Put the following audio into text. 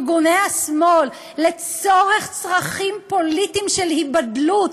ארגוני השמאל לצורך צרכים פוליטיים של היבדלות,